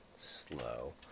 slow